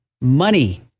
money